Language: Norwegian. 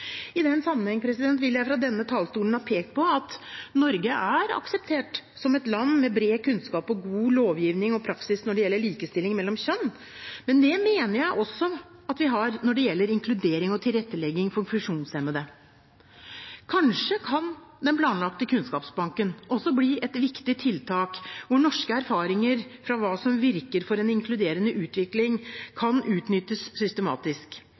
I den sammenheng vil jeg fra denne talerstolen ha pekt på at Norge er akseptert som et land med bred kunnskap og god lovgivning og praksis når det gjelder likestilling mellom kjønnene. Men det mener jeg også at vi har når det gjelder inkludering og tilrettelegging for funksjonshemmede. Kanskje kan den planlagte kunnskapsbanken også bli et viktig tiltak hvor norske erfaringer fra hva som virker for en inkluderende utvikling, kan utnyttes systematisk.